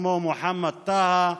כמו מוחמד טאהא,